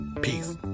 Peace